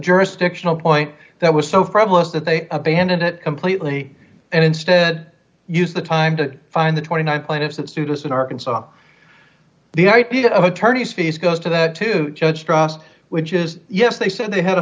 jurisdictional point that was so problems that they abandoned it completely and instead used the time to find the twenty nine plaintiffs that students in arkansas the idea of attorney's fees goes to that to judge strauss which is yes they said they had